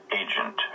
agent